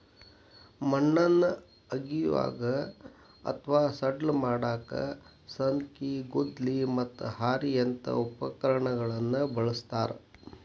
ಮಣ್ಣನ್ನ ಅಗಿಯಾಕ ಅತ್ವಾ ಸಡ್ಲ ಮಾಡಾಕ ಸಲ್ಕಿ, ಗುದ್ಲಿ, ಮತ್ತ ಹಾರಿಯಂತ ಉಪಕರಣಗಳನ್ನ ಬಳಸ್ತಾರ